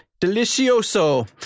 Delicioso